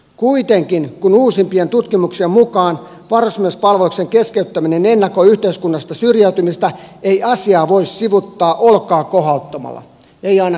kuitenkin kun uusimpien tutkimuksien mukaan varusmiespalveluksen keskeyttäminen ennakoi yhteiskunnasta syrjäytymistä ei asiaa voi sivuuttaa olkaa kohauttamalla ei ainakaan kansanedustaja